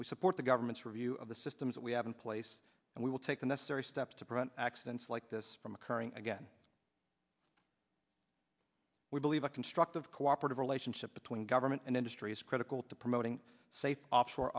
we support the government's review of the systems that we have in place and we will take the necessary steps to prevent accidents like this from occurring again we believe a constructive cooperative relationship between government and industry is critical to promoting safe offshore